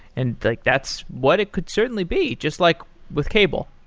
and like that's what it could certainly be, just like with cable.